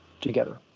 together